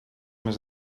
més